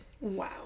Wow